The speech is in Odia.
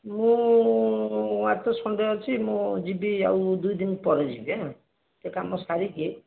ମୁଁ ଆଜି ତ ସଣ୍ଡେ ଅଛି ମୁଁ ଯିବି ଆଉ ଦୁଇ ଦିନ ପରେ ଯିବି ଆଃ ଟିକେ କାମ ସାରିକି